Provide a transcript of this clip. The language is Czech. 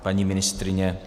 Paní ministryně?